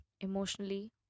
emotionally